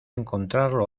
encontrarlo